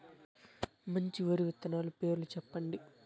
మంచి వరి విత్తనాలు పేర్లు చెప్పండి?